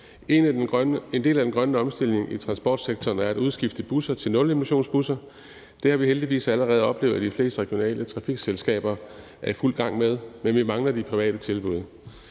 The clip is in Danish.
En del af den grønne omstilling i transportsektoren er at udskifte busser til nulemissionsbusser. Det har vi heldigvis allerede oplevet at de fleste regionale trafikselskaber er i fuld gang med, men vi mangler de private tilbud.